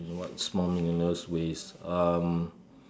in a what small meaningless ways um